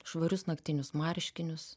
švarius naktinius marškinius